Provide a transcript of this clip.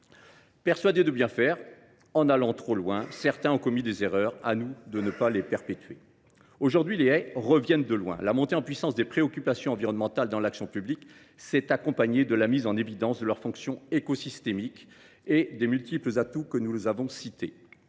Persuadés de bien faire, en allant trop loin, certains ont commis des erreurs. À nous de ne pas les perpétuer ! Aujourd’hui, les haies reviennent de loin. La montée en puissance des préoccupations environnementales dans l’action publique s’est accompagnée de la mise en évidence de leurs fonctions écosystémiques et des multiples atouts que je viens